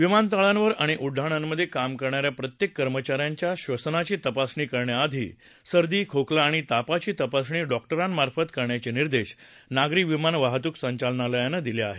विमानतळांवर आणि उड्डाणांमधे काम करणाऱ्या प्रत्येक कर्मचाऱ्यांची क्षसनाची तपासणी करण्याआधी सर्दीखोकला आणि तापाची तपासणी डॉक्टरांमार्फत करण्याचे निर्देश नागरी विमान वाहतूक संचालनालयानं दिले आहेत